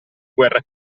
guerra